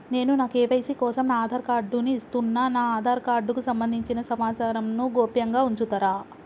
నేను నా కే.వై.సీ కోసం నా ఆధార్ కార్డు ను ఇస్తున్నా నా ఆధార్ కార్డుకు సంబంధించిన సమాచారంను గోప్యంగా ఉంచుతరా?